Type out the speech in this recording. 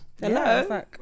Hello